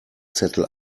zettel